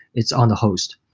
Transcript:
it's on a host.